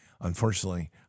Unfortunately